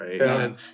right